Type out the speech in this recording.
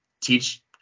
teach